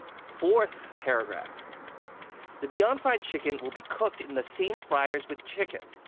fourth paragraph the beyond fried chicken will be cooked in the same fryers with chicken,